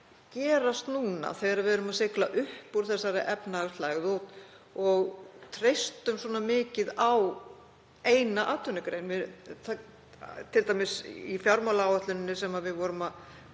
gerast núna þegar við erum að sigla upp úr þessari efnahagslægð og treystum svona mikið á eina atvinnugrein? Til dæmis er í fjármálaáætluninni sem við vorum að